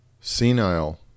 senile